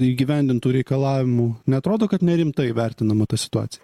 įgyvendint tų reikalavimų neatrodo kad nerimtai vertinama ta situacija